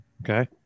okay